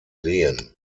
lehen